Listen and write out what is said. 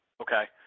Okay